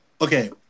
Okay